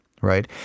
right